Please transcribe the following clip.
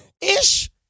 Ish